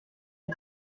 est